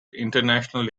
international